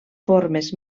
formes